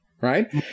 right